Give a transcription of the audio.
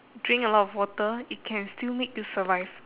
drink a lot of water it can still make you survive